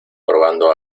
probando